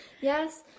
Yes